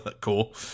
cool